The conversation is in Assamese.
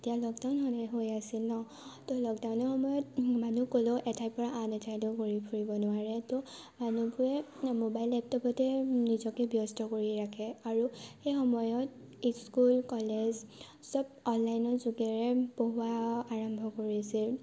তেতিয়া লকডাউন হৈ আছিল ন তহ লকডাউনৰ সময়ত মানুহ ক'লৌ এঠাইৰ পৰা আন এঠাইলৈ ঘূৰি ফুৰিব নোৱাৰে তহ মানুহে মবাইল লেপটপতে নিজকে ব্যস্ত কৰি ৰাখে আৰু সেই সময়ত স্কুল কলেজ চব অনলাইনৰ যোগেৰে পঢ়োৱা আৰম্ভ কৰিছিল